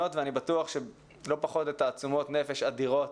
למיומנויות ואני בטוח שלא פחות בתעצומות נפש אדירות